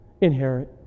inherit